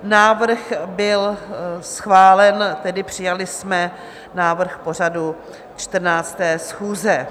Návrh byl schválen, tedy přijali jsme návrh pořadu 14. schůze.